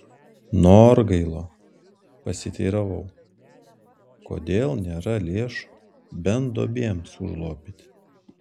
norgailo pasiteiravau kodėl nėra lėšų bent duobėms užlopyti